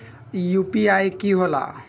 UPI कि होला?